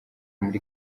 muri